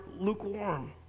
lukewarm